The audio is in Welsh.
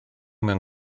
mewn